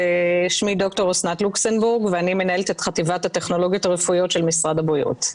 אני מנהלת את חטיבת הטכנולוגיות הרפואיות של משרד הבריאות.